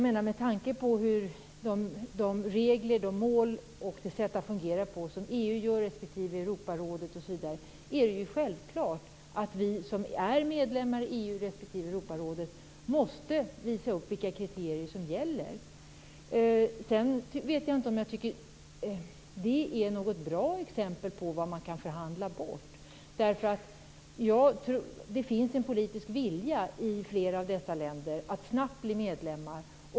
Med tanke på t.ex. EU:s och Europarådets sätt att fungera och de regler och mål de har är det självklart att vi som är medlemmar där måste visa vilka kriterier som gäller. Jag vet inte om jag tycker att det är något bra exempel på vad man kan förhandla bort. Det finns en politisk vilja i flera av dessa länder att snabbt bli medlemmar.